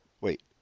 Wait